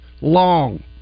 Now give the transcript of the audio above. long